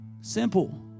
Simple